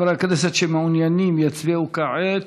חברי הכנסת שמעוניינים יצביעו כעת.